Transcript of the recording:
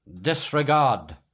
disregard